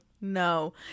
No